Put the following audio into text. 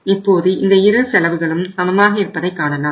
இப்போது இந்த இரு செலவுகளும் சமமாக இருப்பதைக் காணலாம்